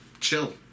chill